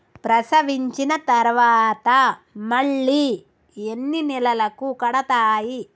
ప్రసవించిన తర్వాత మళ్ళీ ఎన్ని నెలలకు కడతాయి?